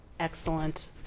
Excellent